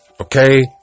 okay